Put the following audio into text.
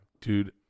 Dude